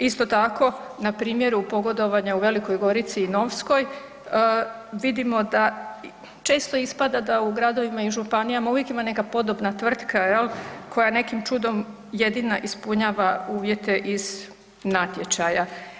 Isto tako, na primjeru pogodovanja u Velikoj Gorici i Novskoj, vidimo da često ispada da u gradovima i županijama uvijek ima neka podobna tvrtka, je li, koja nekim čudom jedina ispunjava uvjete iz natječaja.